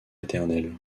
éternel